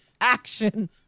action